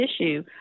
issue